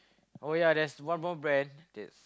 oh ya there's one more brand that's